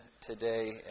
today